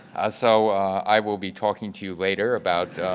so i will be talking to you later about